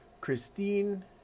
Christine